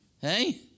hey